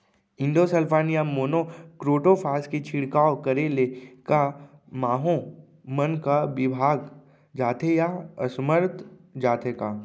Endosulfan या monocrotophos के छिड़काव करे ले क माहो मन का विभाग जाथे या असमर्थ जाथे का?